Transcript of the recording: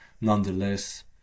nonetheless